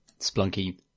splunky